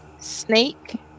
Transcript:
snake